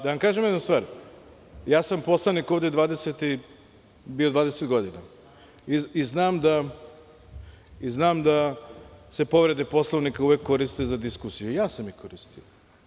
Da vam kažem jednu stvar, ja sam poslanik ovde bio 20 godina i znam da se povrede Poslovnika uvek koriste za diskusiju i ja sam koristio.